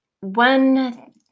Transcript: one